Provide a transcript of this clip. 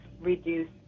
reduce